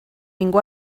ningú